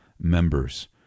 members